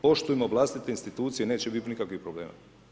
Poštujmo vlastite institucije, neće biti nikakvih problema.